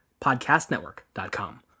podcastnetwork.com